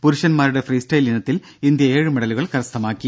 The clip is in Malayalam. പുരുഷന്മാരുടെ ഫ്രീസ്റ്റൈൽ ഇനത്തിൽ ഇന്ത്യ ഏഴ് മെഡലുകൾ കരസ്ഥമാക്കി